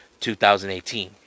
2018